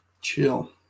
chill